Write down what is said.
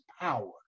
power